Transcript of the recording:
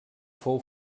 fou